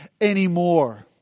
anymore